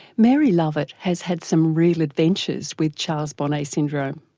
mary lovett has had some real adventures with charles bonnet syndrome.